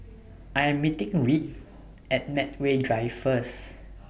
I Am meeting Reed At Medway Drive First